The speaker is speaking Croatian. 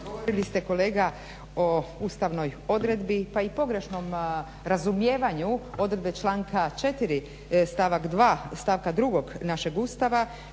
Govorili ste kolega o ustavnoj odredbi pa i pogrešnom razumijevanju odredbe članka 4.stavka 2.našeg Ustava